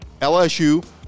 LSU